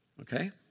okay